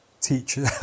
teacher